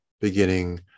beginning